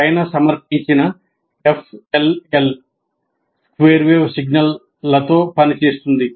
పైన సమర్పించిన FLL square wave సిగ్నల్లతో పనిచేస్తుంది